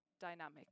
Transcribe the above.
dynamic